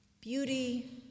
Beauty